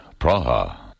Praha